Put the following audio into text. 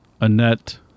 Annette